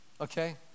Okay